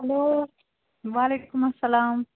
hello وعلیکُم اَسلام